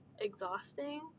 exhausting